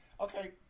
Okay